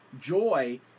joy